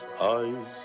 eyes